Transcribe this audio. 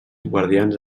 guardians